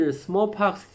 smallpox